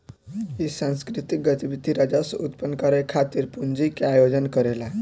इ सांस्कृतिक गतिविधि राजस्व उत्पन्न करे खातिर पूंजी के आयोजन करेला